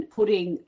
putting